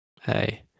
Hey